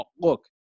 look